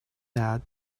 that